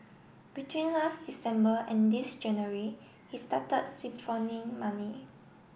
between last December and this January he started siphoning money